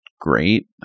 great